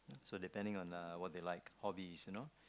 so depending on uh what they like hobbies you know